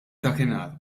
dakinhar